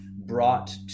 brought